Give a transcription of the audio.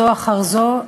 זו אחר זו,